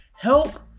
Help